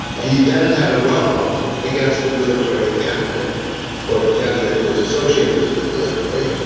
he then had a run-off against a military candidate or a candidate who was associated with the military,